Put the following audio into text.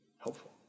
helpful